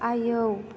आयौ